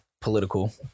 political